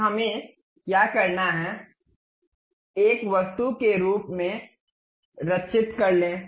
अब हमें क्या करना है एक वस्तु के रूप में सेव कर ले